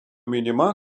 minima